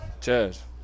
Cheers